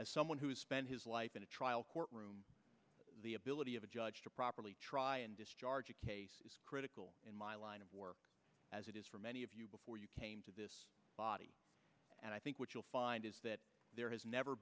as someone who has spent his life in a trial courtroom the ability of a judge to properly discharge a critical in my line of work as it is for many of you before you came to this body and i think what you'll find is that there has never